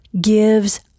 gives